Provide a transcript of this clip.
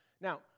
Now